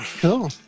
Cool